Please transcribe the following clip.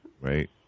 Right